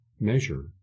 measure